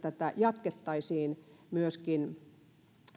jatkettaisiin paitsi